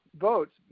votes